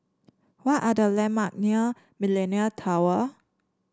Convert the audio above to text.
what are the landmark near Millenia Tower